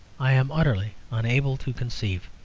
i am utterly unable to conceive.